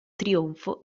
trionfo